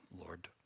Lord